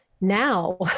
Now